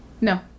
No